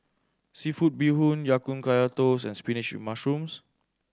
seafood bee hoon Ya Kun Kaya Toast and spinach mushrooms